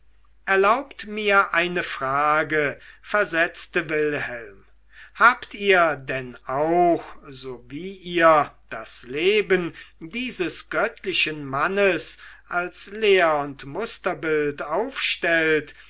erlaubt mir eine frage versetzte wilhelm habt ihr denn auch so wie ihr das leben dieses göttlichen mannes als lehr und musterbild aufstellt